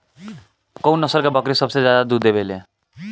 कउन नस्ल के बकरी सबसे ज्यादा दूध देवे लें?